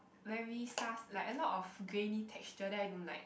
very sars like a lot of grainy texture then I don't like